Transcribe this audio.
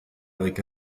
avec